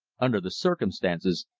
under the circumstances,